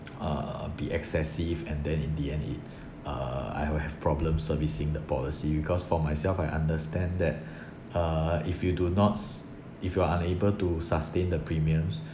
uh be excessive and then in the end it uh I will have problem servicing the policy because for myself I understand that uh if you do not s~ if you are unable to sustain the premiums